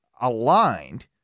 aligned